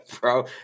bro